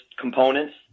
components